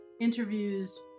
interviews